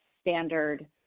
standard